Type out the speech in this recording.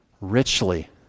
richly